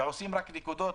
ועושים רק נקודות,